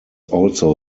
also